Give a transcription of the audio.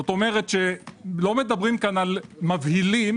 כלומר לא מדברים כאן על מבהילים